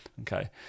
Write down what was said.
Okay